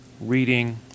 reading